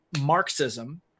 Marxism